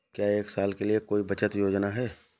क्या एक साल के लिए कोई बचत योजना है?